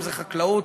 אם חקלאות,